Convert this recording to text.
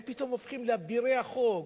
הם פתאום הופכים לאבירי החוק,